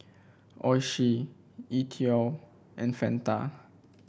Oishi E TWOW and Fanta